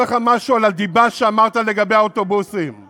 אתה הולך לזרוק אלפי עובדים הביתה, זה מילא.